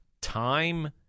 time